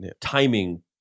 timing